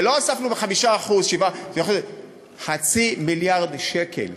ולא הוספנו ב-5%, 7% חצי מיליארד שקל.